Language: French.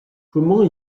comment